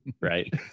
right